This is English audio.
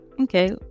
Okay